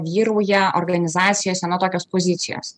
vyrauja organizacijose na tokios pozicijos